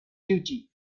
duty